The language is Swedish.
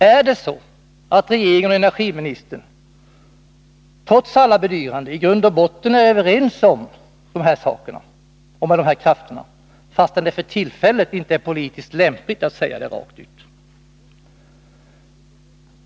Är regeringen och energiministern trots alla bedyranden i grund och botten överens med de här krafterna fastän det för tillfället inte är politiskt lämpligt att säga det rent ut?